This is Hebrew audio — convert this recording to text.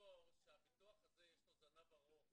לזכור שיש לביטוח הזה זנב ארוך.